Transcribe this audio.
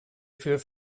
für